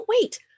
wait